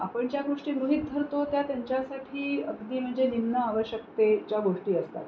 आपण ज्या गोष्टी गृहित धरतो त्या त्यांच्यासाठी अगदी म्हणजे निम्न आवश्यकतेच्या गोष्टी असतात